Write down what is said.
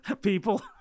People